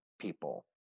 people